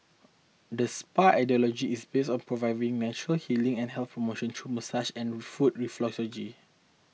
the spa ideology is based on providing natural healing and health promotion through massage and foot reflexology